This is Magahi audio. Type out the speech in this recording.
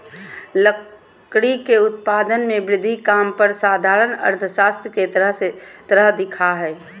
लकड़ी के उत्पादन में वृद्धि काम पर साधारण अर्थशास्त्र के तरह दिखा हइ